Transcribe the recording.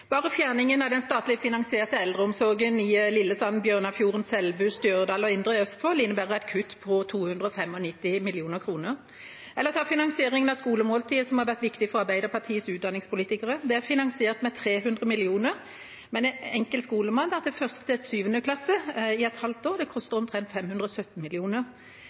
Lillesand, Bjørnafjorden, Selbu, Stjørdal og Indre Østfold innebærer et kutt på 295 mill. kr. Eller ta finansieringen av skolemåltidet, som har vært viktig for Arbeiderpartiets utdanningspolitikere: Det er finansiert med 300 mill. kr, men enkel skolemat fra 1. til 7. klasse i et halvt år koster omtrent